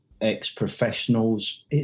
ex-professionals